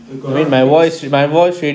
you got a lot of peaks